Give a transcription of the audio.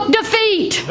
defeat